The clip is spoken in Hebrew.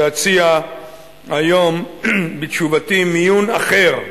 להציע היום בתשובתי מיון אחר,